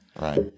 right